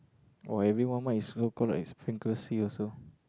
!wah! everyone mic is see also